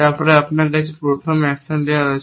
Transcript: তারপরে আপনার কাছে প্রথম অ্যাকশন লেয়ার আছে